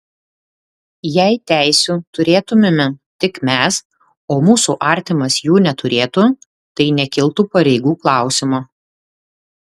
jei teisių turėtumėme tik mes o mūsų artimas jų neturėtų tai nekiltų pareigų klausimo